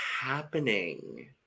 happening